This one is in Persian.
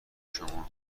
شما